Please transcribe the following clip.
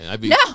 No